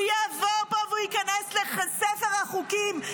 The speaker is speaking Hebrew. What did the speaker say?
הוא יעבור פה וייכנס לספר החוקים.